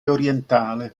orientale